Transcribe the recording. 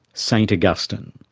st augustine.